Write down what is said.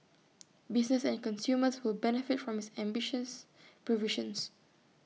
business and consumers will benefit from its ambitious provisions